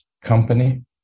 Company